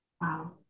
Wow